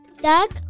Doug